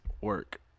work